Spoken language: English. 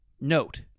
Note